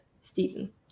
Stephen